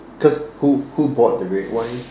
cause who who bought the red wine